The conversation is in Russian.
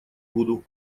буду